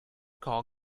call